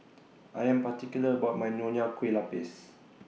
I Am particular about My Nonya Kueh Lapis